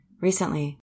Recently